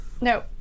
no